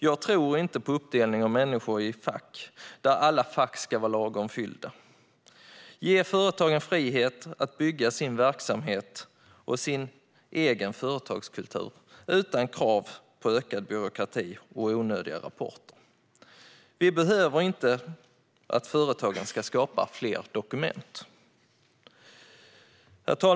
Jag tror inte på uppdelning av människor i fack där alla fack ska vara lagom fyllda. Ge företagen frihet att bygga sin egen verksamhet och sin egen företagskultur utan krav på ökad byråkrati och onödiga rapporter. Vi behöver inte att företagen ska skapa fler dokument. Herr talman!